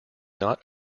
not